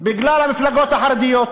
בגלל המפלגות החרדיות.